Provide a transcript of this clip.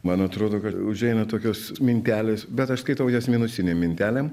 man atrodo kad užeina tokios mintelės bet aš skaitau jas minusinėm mintelėm